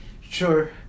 Sure